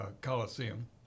Coliseum